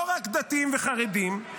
לא רק דתיים וחרדים,